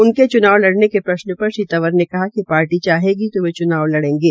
उनके च्नाव लड़ने के प्रश्न प्र श्री तंवर ने कहा कि शार्टीचाहेगी तो वो च्नाव लड़ेगे